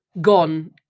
gone